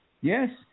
yes